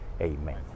Amen